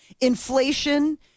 Inflation